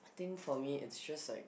I think for me it's just like